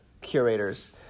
Curators